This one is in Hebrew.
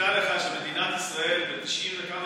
פירטה לך שמדינת ישראל ב-90% וכמה